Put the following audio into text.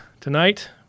tonight